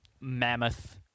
mammoth